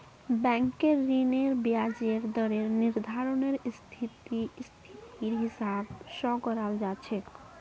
बैंकेर ऋनेर ब्याजेर दरेर निर्धानरेर स्थितिर हिसाब स कराल जा छेक